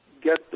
get